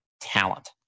talent